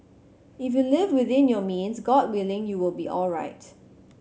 if you live within your means God willing you will be alright